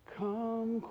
come